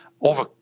over